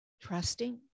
trusting